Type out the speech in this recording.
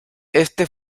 este